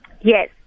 Yes